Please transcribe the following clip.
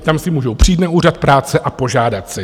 Tam si můžou přijít na Úřad práce a požádat si.